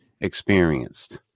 experienced